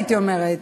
הייתי אומרת: